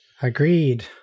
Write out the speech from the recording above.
Agreed